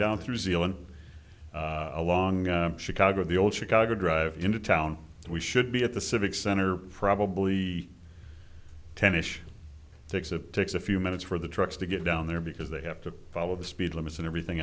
down through zealand along chicago the old chicago drive into town we should be at the civic center probably ten ish takes of takes a few minutes for the trucks to get down there because they have to follow the speed limits and everything